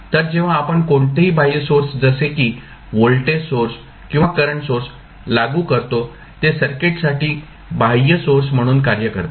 तर जेव्हा आपण कोणतेही बाह्य सोर्स जसे की व्होल्टेज सोर्स किंवा करंट सोर्स लागू करतो ते सर्किटसाठी बाह्य सोर्स म्हणून कार्य करते